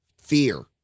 fear